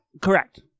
Correct